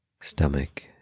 stomach